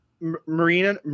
Marina